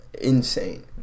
insane